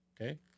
Okay